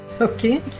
Okay